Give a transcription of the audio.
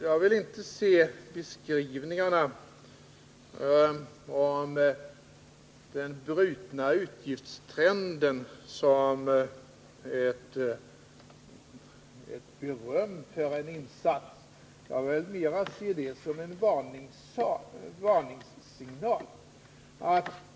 Jag vill inte se beskrivningarna av den brutna utgiftstrenden som beröm för en insats. Jag vill mera se det som en varningssignal.